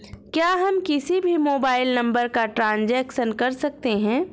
क्या हम किसी भी मोबाइल नंबर का ट्रांजेक्शन कर सकते हैं?